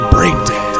Breakdown